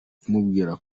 imubwira